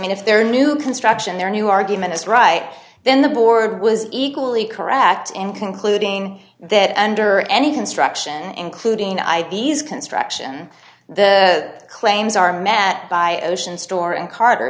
mean if their new construction their new argument is right then the board was equally correct in concluding that under any construction including i d s construction the claims are met by ocean store and carter